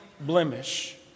blemish